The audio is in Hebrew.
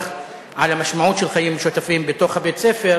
על המשמעות של חיים משותפים בתוך בית-הספר.